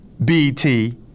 Bt